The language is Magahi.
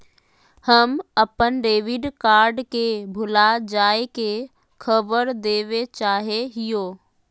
हम अप्पन डेबिट कार्ड के भुला जाये के खबर देवे चाहे हियो